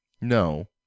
no